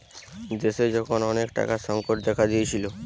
দেশে যখন অনেক টাকার সংকট দেখা দিয়েছিলো